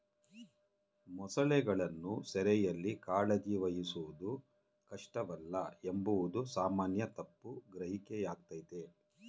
ಮೊಸಳೆಗಳನ್ನು ಸೆರೆಯಲ್ಲಿ ಕಾಳಜಿ ವಹಿಸುವುದು ಕಷ್ಟವಲ್ಲ ಎಂಬುದು ಸಾಮಾನ್ಯ ತಪ್ಪು ಗ್ರಹಿಕೆಯಾಗಯ್ತೆ